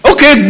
Okay